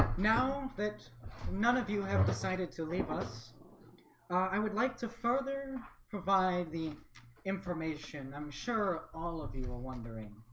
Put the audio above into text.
now that none of you have decided to leave us i would like to further provide the information, i'm sure all of you are wondering